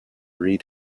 read